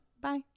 Bye